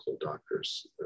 doctors